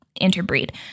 interbreed